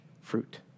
fruit